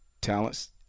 talents